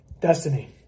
Destiny